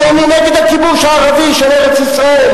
כי אני נגד הכיבוש הערבי של ארץ-ישראל.